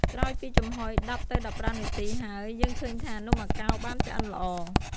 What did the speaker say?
ក្រោយពីចំហុយ១០ ទៅ១៥នាទីហើយ យើងឃើញថា នំអាកោរបានឆ្អិនល្អ។